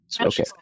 Okay